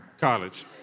College